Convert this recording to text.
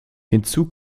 hinzu